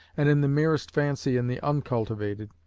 and in the merest infancy in the uncultivated,